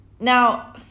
Now